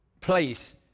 place